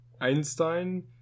einstein